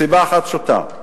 מסיבה אחת פשוטה,